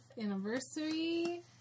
anniversary